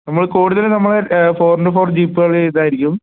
നമ്മൾ കൂടുതലും നമ്മൾ ഫോർ ഇന്റു ഫോർ ജീപ്പുകൾ ഇതായിരിക്കും